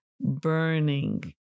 burning